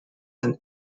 and